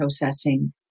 processing